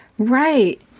Right